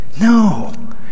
No